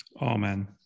Amen